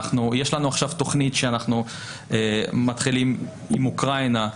יש לנו עכשיו תכנית שאנחנו מתחילים עם אוקראינה,